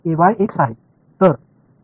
तर x आहे